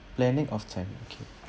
planning often okay